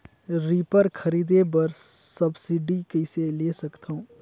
Reaper खरीदे बर subsidy कइसे ले सकथव?